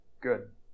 good